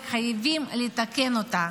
וחייבים לתקן אותם.